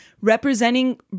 representing